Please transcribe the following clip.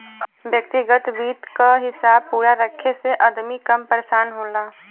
व्यग्तिगत वित्त क हिसाब पूरा रखे से अदमी कम परेसान होला